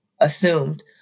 assumed